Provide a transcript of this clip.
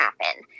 happen